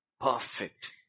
perfect